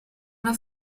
una